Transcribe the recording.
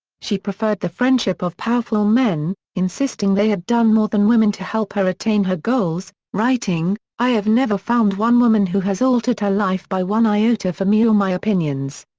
she preferred the friendship of powerful men, insisting they had done more than women to help her attain her goals, writing, i have never found one woman who has altered her life by one iota for me or my opinions.